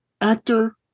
actor